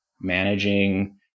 managing